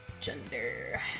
Gender